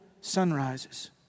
sunrises